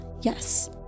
yes